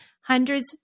hundreds